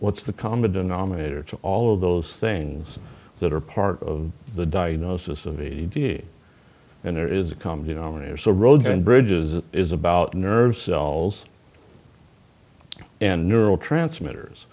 what's the common denominator to all of those things that are part of the diagnosis of e d and there is a common denominator so roads and bridges is about nerve cells and neural transmitters